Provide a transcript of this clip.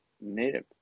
native